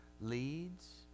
leads